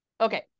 okay